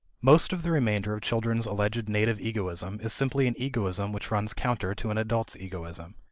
most of the remainder of children's alleged native egoism is simply an egoism which runs counter to an adult's egoism.